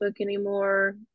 anymore